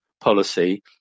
policy